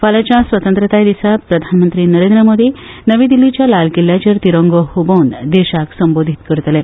फाल्याच्या स्वतंत्रताय दिसा प्रधानमंत्री नरेंद्र मोदी नवी दिल्लीच्या लाल किल्याचेर तिरंगो हबोवन देशाक संबोधित करतले